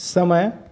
समय